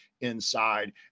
inside